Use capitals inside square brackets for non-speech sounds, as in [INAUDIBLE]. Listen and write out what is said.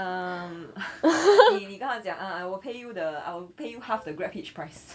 uh [LAUGHS] 你你跟他讲 ah I will pay you the I will pay you half the grab hitch price